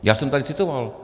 Já jsem tady citoval.